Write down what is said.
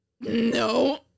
No